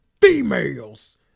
females